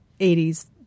80s